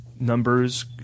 Numbers